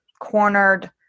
cornered